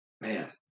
man